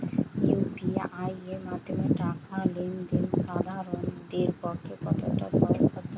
UPI এর মাধ্যমে টাকা লেন দেন সাধারনদের পক্ষে কতটা সহজসাধ্য?